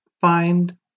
find